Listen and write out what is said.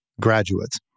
graduates